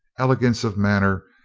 elegance of manner,